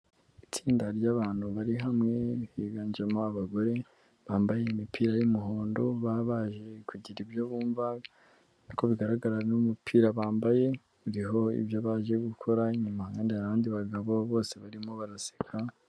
Itsinda ryabantu bari hamwe higanjemo abagore bambaye imipira y'umuhondo baba baje kugira ibyo bumva ko bigaragara n'umupira bambaye uriho ibyo baje gukora nyuma kandi abandi bagabo bose barimo baraseka.